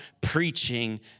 preaching